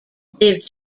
lived